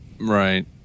right